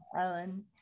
Ellen